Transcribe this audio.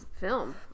film